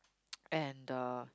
and uh